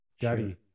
Daddy